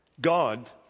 God